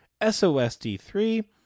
SOSD3